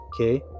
Okay